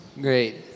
great